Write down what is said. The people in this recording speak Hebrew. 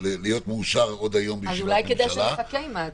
לצרכי בקרה,